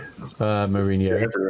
Mourinho